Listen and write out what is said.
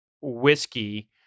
whiskey